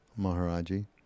Maharaji